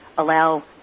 allow